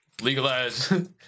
Legalize